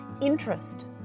interest